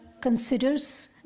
considers